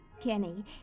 Kenny